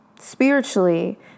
spiritually